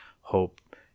hope